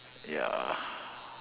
ya